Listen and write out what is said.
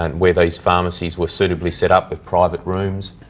and where these pharmacies were suitably set up with private rooms,